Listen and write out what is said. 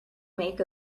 make